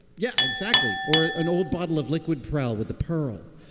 yeah exactly. or an old bottle of liquid prell with the pearl